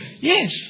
Yes